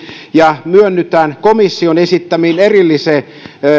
ja myönnytään komission esittämään erilliseen